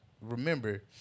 remember